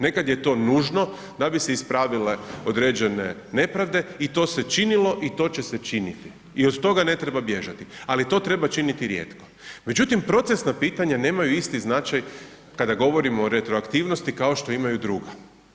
Nekad je to nužno da bi se ispravile određene nepravde i to se činilo i to će se činiti i od toga ne treba bježati ali to treba činiti rijeko međutim procesna pitanja nemaju isti značaj kada govorimo o retroaktivnosti kao što imaju druga.